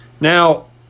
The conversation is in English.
Now